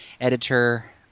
editor